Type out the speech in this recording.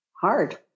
hard